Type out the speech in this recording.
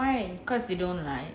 why because they don't like